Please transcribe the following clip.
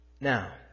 now